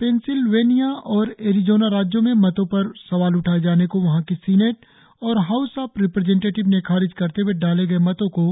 Pennsylvania और Arizona राज्यों में मतों पर सवाल उठाए जाने को वहां की सीनेट और हाउस ऑफ रिप्रजेंटेटिव्स ने खारिज करते हए डाले गए मतों को